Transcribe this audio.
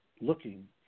looking